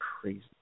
crazy